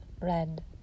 red